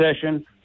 session